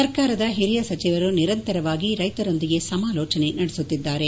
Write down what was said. ಸರ್ಕಾರದ ಹಿರಿಯ ಸಚಿವರು ನಿರಂತರವಾಗಿ ರೈತರೊಂದಿಗೆ ಸಮಾಲೋಚನೆ ನಡೆಸುತ್ತಿದ್ದಾರೆ